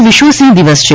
આજે વિશ્વસિંહ દિવસ છે